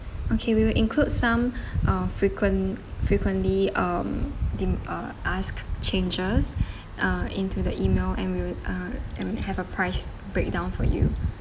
okay we will include some uh frequent frequently um dim~ uh asked changes uh into the email and we will uh and have a price break down for you